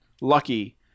Lucky